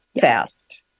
fast